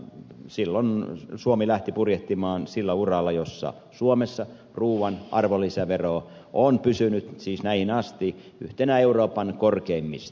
silloin suomi lähti purjehtimaan sillä uralla jolla suomessa ruuan arvonlisävero on pysynyt siis näihin asti yhtenä euroopan korkeimmista